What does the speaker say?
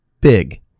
big